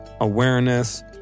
Awareness